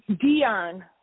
Dion